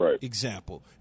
example